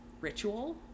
ritual